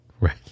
Right